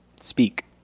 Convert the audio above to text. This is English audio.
speak